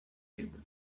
table